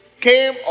came